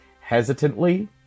hesitantly